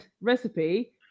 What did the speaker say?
recipe